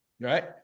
right